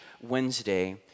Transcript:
Wednesday